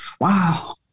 Wow